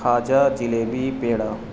khaja jalebi پیڑا